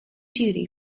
duty